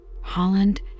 Holland